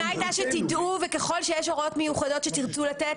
הייתה שתדעו וככל שיש הוראות מיוחדות שתרצו לתת,